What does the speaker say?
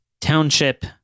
Township